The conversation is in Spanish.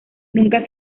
nunca